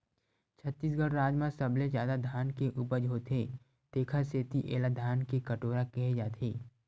छत्तीसगढ़ राज म सबले जादा धान के उपज होथे तेखर सेती एला धान के कटोरा केहे जाथे